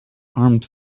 armed